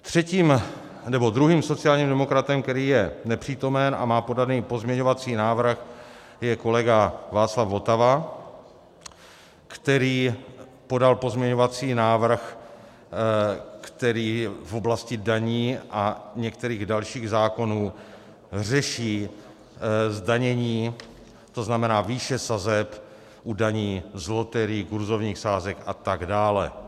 Třetím, nebo druhým sociálním demokratem, který je nepřítomen a má podaný pozměňovací návrh, je kolega Václav Votava, který podal pozměňovací návrh, který v oblasti daní a některých dalších zákonů řeší zdanění, to znamená, výše sazeb u daní z loterií, kurzových sázek atd.